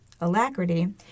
alacrity